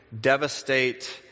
Devastate